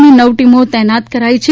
ની નવ ટીમો તૈનાત કરાય છે